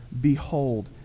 Behold